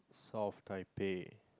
South Taipei